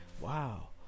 wow